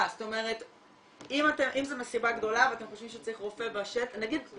זאת אומרת אם זו מסיבה גדולה ואתם חושבים שצריך רופא בשטח,